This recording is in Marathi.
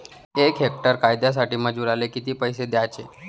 यक हेक्टर कांद्यासाठी मजूराले किती पैसे द्याचे?